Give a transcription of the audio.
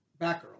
Batgirl